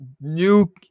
new